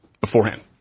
beforehand